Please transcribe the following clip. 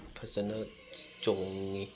ꯐꯖꯅ ꯆꯣꯡꯏ